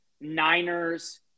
Niners